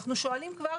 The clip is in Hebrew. אנחנו שואלים כבר